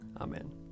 Amen